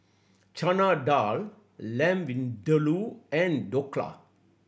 Chana Dal Lamb Vindaloo and Dhokla